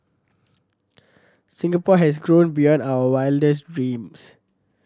Singapore has grown beyond our wildest dreams